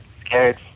scared